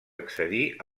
accedir